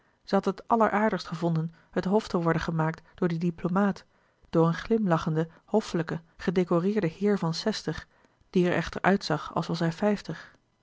had het alleraardigst gevonden het hof te worden gemaakt door dien diplomaat door een glimlachenden hoffelijken gedecoreerden heer van zestig die er echter uitzag als was hij vijftig